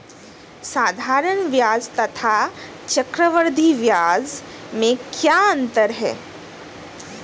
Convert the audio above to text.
साधारण ब्याज तथा चक्रवर्धी ब्याज में क्या अंतर है?